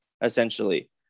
essentially